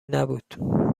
نبود